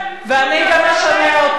ואני גם אשנה אותו.